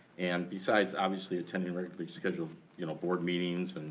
and besides, obviously, attending regularly scheduled you know board meetings,